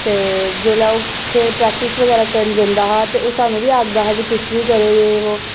ते जिसलै ओह् खेल प्रैक्टिस बगैरा करन जंदा हा ते ओह् असें बी आखदा हा जे तुस बी करो एह् ओह्